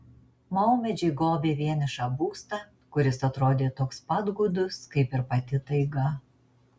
maumedžiai gobė vienišą būstą kuris atrodė toks pat gūdus kaip ir pati taiga